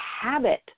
habit